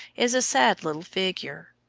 is a sad little figure.